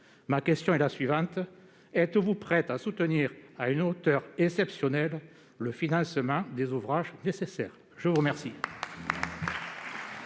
Ma question est donc la suivante : êtes-vous prête à soutenir à une hauteur exceptionnelle le financement des ouvrages nécessaires ? La parole